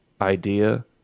idea